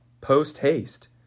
post-haste